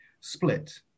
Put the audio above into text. split